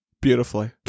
Beautifully